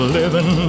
living